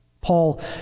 Paul